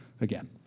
again